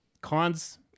cons